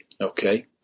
Okay